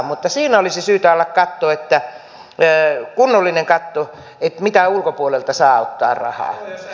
mutta siinä olisi syytä olla kunnollinen katto että mitä ulkopuolelta saa ottaa rahaa